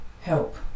help